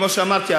כמו שאמרתי,